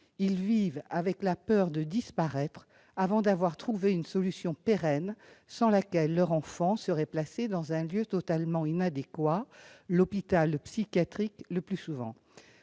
Ils vivent avec la peur de disparaître avant d'avoir trouvé une solution pérenne, sans laquelle leur enfant serait placé dans un lieu totalement inadéquat, le plus souvent